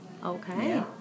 Okay